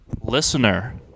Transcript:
Listener